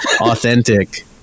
authentic